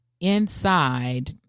inside